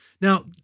Now